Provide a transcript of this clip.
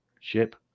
ship